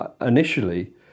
initially